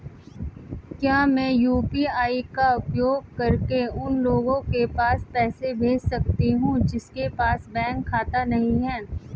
क्या मैं यू.पी.आई का उपयोग करके उन लोगों के पास पैसे भेज सकती हूँ जिनके पास बैंक खाता नहीं है?